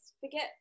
forget